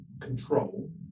control